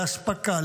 לאספקה,